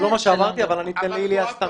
זה לא מה שאמרתי, אבל אני אתן לאיליה סטמבלר